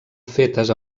fetes